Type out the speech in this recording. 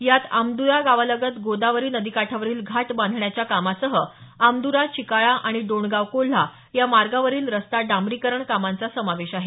यात आमद्रा गावालगत गोदावरी नदीकाठावरील घाट बांधण्याच्या कामासह आमद्रा चिकाळा आणि डोणगाव कोल्हा या मार्गावरील रस्ता डांबरीकरण कामांचा समावेश आहे